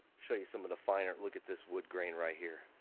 show you some of the finer. look at this wood grain right here.